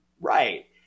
Right